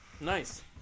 Nice